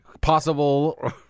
possible